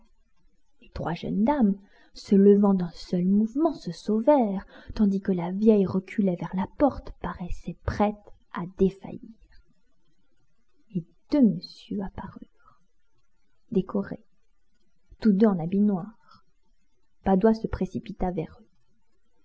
les trois jeunes dames se levant d'un seul mouvement se sauvèrent tandis que la vieille reculait vers la porte paraissait prête à défaillir et deux messieurs apparurent décorés tous deux en habit padoie se précipita vers eux